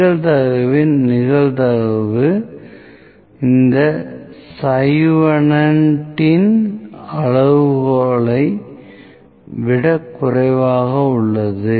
நிகழ்வின் நிகழ்தகவு இந்த சயூவெனெட்டின் அளவுகோலை விட குறைவாக உள்ளது